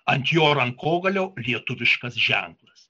ant jo rankogalio lietuviškas ženklas